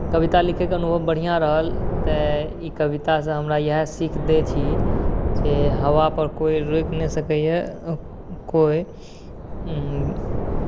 कविता लिखयके अनुभव बढ़िआँ रहल तऽ ई कवितासँ हमरा इएह सीख दैत छी जे हवा पर कोइ रोकि नहि सकैए कोइ